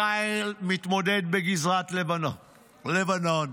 צה"ל מתמודד בגזרת לבנון,